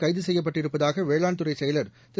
கைது செய்யப்பட்டிருப்பதாக வேளாண்துறை செயலர் திரு